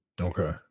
Okay